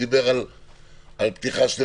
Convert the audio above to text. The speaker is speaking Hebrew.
בסוף יש אספות נושים ואז או שמאשרים את הסדר המוצע